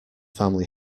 family